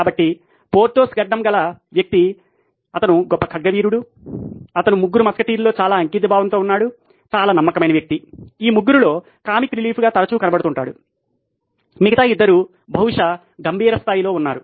కాబట్టి పోర్థోస్ గడ్డం గల వ్యక్తి అతను గొప్ప ఖడ్గవీరుడు అతను ముగ్గురు మస్కటీర్లలో చాలా అంకితభావంతో ఉన్నాడు చాలా నమ్మకమైన వ్యక్తి ఈ ముగ్గురిలో కామిక్ రిలీఫ్ గా తరచూ కనబడతాడు మిగతా ఇద్దరు బహుశా గంభీర స్థాయిలో ఉన్నారు